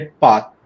path